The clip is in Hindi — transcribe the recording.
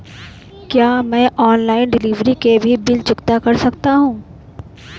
क्या मैं ऑनलाइन डिलीवरी के भी बिल चुकता कर सकता हूँ?